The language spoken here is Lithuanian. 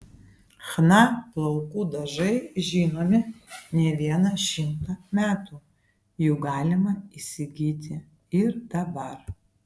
chna plaukų dažai žinomi ne vieną šimtą metų jų galima įsigyti ir dabar